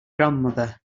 grandmother